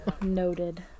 Noted